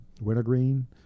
Wintergreen